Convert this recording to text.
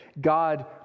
God